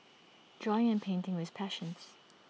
drawing and painting were his passions